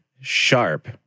sharp